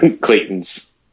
Clayton's